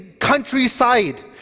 countryside